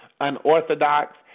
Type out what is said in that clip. unorthodox